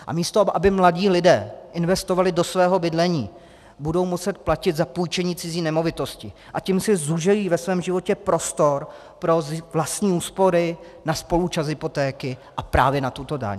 A místo aby mladí lidé investovali do svého bydlení, budou muset platit za půjčení cizí nemovitosti, a tím si zúží ve svém životě prostor pro vlastní úspory na spoluúčast hypotéky a právě na tuto daň.